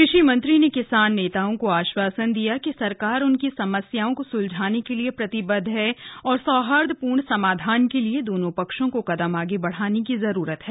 कृषि मंत्री ने किसान नेताओं को आश्वासन दिया कि सरकार उनकी समस्याओं को सुलझाने के लिए प्रतिबद्ध है और सौहार्दपूर्ण समाधान के लिए दोनों पक्षों को कदम आगे बढाने की जरूरत है